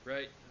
Right